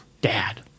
dad